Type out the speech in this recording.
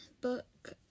book